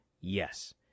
Yes